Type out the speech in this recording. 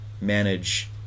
manage